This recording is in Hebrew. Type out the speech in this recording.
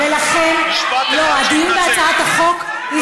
ולכן, הייתה הצבעה,